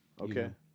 Okay